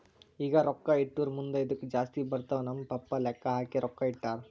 ಈಗ ರೊಕ್ಕಾ ಇಟ್ಟುರ್ ಮುಂದ್ ಇದ್ದುಕ್ ಜಾಸ್ತಿ ಬರ್ತಾವ್ ನಮ್ ಪಪ್ಪಾ ಲೆಕ್ಕಾ ಹಾಕಿ ರೊಕ್ಕಾ ಇಟ್ಟಾರ್